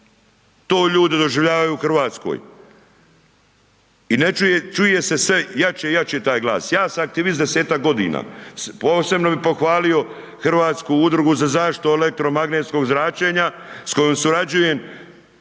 To ljudi doživljavaju u Hrvatskoj. I ne čuje, čuje se sve jače i jače taj glas, ja sam aktivist 10-tak godina. Posebno bi pohvalio Hrvatsku udrugu za zaštitu od elektromagnetskog zračenja s kojom surađujem